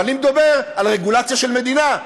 אני מדבר על רגולציה של מדינה,